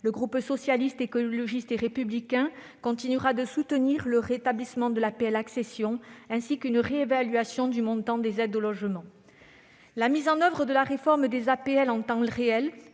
Le groupe Socialiste, Écologiste et Républicain continuera de soutenir le rétablissement de l'APL accession, ainsi qu'une réévaluation du montant des aides au logement. La mise en oeuvre de la réforme des APL en temps réel